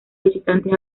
visitantes